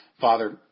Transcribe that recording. Father